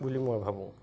বুলি মই ভাবোঁ